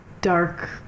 dark